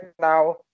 now